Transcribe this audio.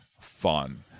fun